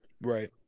Right